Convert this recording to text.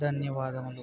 ధన్యవాదములు